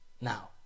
Now